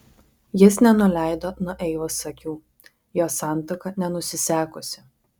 jis nenuleido nuo eivos akių jos santuoka nenusisekusi